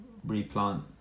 replant